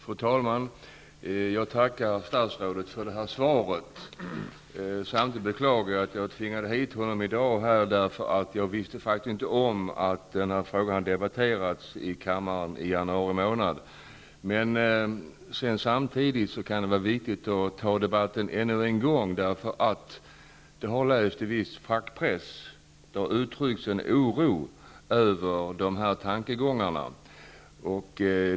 Fru talman! Jag tackar statsrådet för svaret, samtidigt som jag beklagar att jag tvingade hit honom i dag -- jag visste faktiskt inte om att denna fråga debatterades i kammaren i januari månad. Men det kan vara viktigt att debattera frågan ännu en gång, eftersom det i viss fackpress har uttryckts en oro över dessa tankegångar.